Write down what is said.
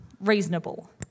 reasonable